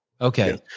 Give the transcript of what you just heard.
Okay